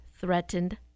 threatened